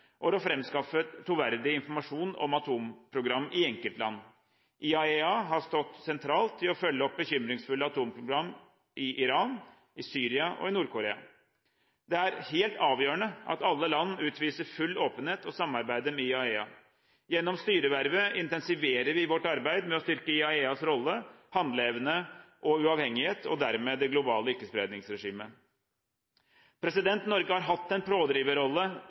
for å framskaffe troverdig informasjon om atomprogram i enkeltland. IAEA har stått sentralt i å følge opp bekymringsfulle atomprogram i Iran, Syria og Nord-Korea. Det er helt avgjørende at alle land utviser full åpenhet og samarbeider med IAEA. Gjennom styrevervet intensiverer vi vårt arbeid med å styrke IAEAs rolle, handleevne og uavhengighet og dermed det globale ikke-spredningsregimet. Norge har hatt en